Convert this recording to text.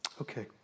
Okay